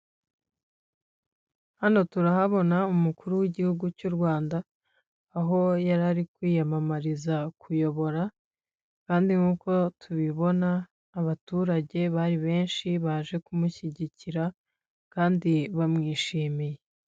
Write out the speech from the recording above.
Hano turahabona umukuru w'igihugu cy'u Rwanda, aho yari ari kwiyamamariza kuyobora kandi nk'uko tubibona abaturage bari benshi baje kumushyigikira kandi bamwishimiye.